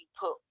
put